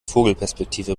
vogelperspektive